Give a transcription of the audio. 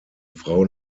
frau